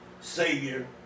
Savior